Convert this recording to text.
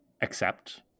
accept